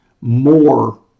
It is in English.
more